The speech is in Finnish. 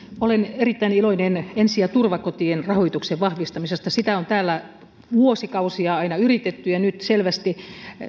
olen erittäin iloinen ensi ja turvakotien rahoituksen vahvistamisesta sitä on täällä vuosikausia aina yritetty ja nyt selvästi